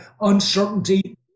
uncertainty